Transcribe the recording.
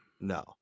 No